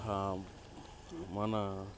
మన